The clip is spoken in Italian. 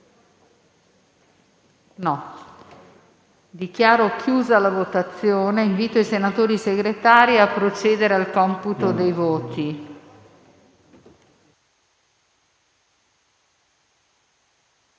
Dichiaro chiusa la votazione e invito i senatori Segretari a procedere al computo dei voti.